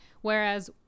Whereas